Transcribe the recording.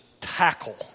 tackle